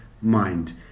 mind